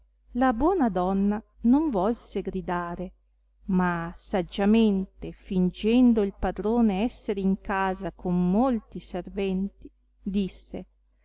la buona donna non volse gridare ma saggiamente fingendo il padrone esser in casa con molti serventi disse